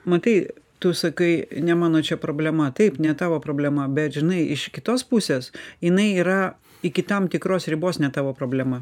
matai tu sakai ne mano čia problema taip ne tavo problema bet žinai iš kitos pusės jinai yra iki tam tikros ribos ne tavo problema